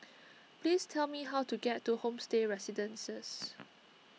please tell me how to get to Homestay Residences